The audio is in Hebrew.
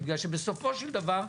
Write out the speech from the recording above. בגלל שבסופו של דבר,